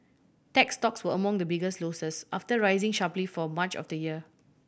tech stocks were among the biggest losers after rising sharply for much of the year